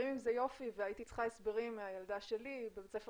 הייתי צריכה הסברים מהילדה שלי בבית הספר